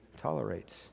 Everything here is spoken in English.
tolerates